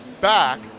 back